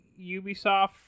Ubisoft